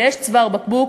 ויש צוואר בקבוק,